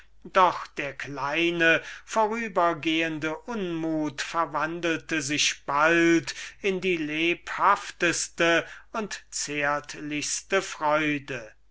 aber dieser kleine vorübergehende unmut verwandelte sich bald in die lebhafteste und zärtlichste freude